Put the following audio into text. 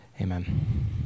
Amen